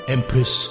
Empress